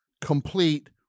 complete